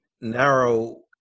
narrow